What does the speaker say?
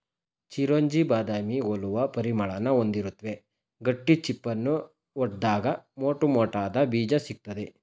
ಚಿರೊಂಜಿ ಬಾದಾಮಿ ಹೋಲುವ ಪರಿಮಳನ ಹೊಂದಿರುತ್ವೆ ಗಟ್ಟಿ ಚಿಪ್ಪನ್ನು ಒಡ್ದಾಗ ಮೋಟುಮೋಟಾದ ಬೀಜ ಸಿಗ್ತದೆ